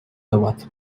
давати